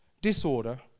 disorder